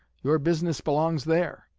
your business belongs there.